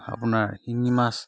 আপোনাৰ শিঙি মাছ